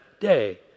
day